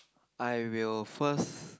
I will first